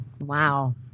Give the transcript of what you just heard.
Wow